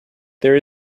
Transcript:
there